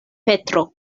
petro